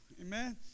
amen